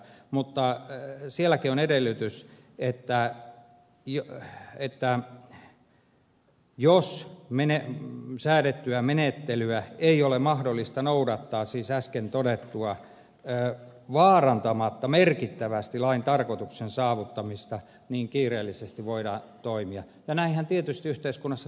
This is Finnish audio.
mutta sielläkin on edellytys että jos säädettyä menettelyä ei ole mahdollista noudattaa siis äsken todettua vaarantamatta merkittävästi lain tarkoituksen saavuttamista silloin voidaan toimita kiireellisesti ja näinhän tietysti yhteiskunnassa täytyy ollakin